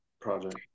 project